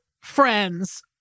friends